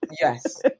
yes